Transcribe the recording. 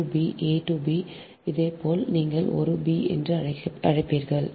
A to b a to b இதேபோல் நீங்கள் ஒரு b என்று அழைக்கிறீர்கள்